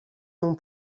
non